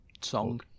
song